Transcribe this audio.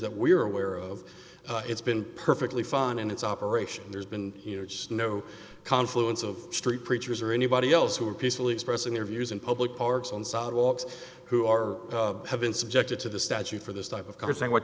that we're aware of it's been perfectly fine in its operation there's been no confluence of street preachers or anybody else who are peacefully expressing their views in public parks on sidewalks who are have been subjected to the statute for this type of car thing what